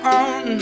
on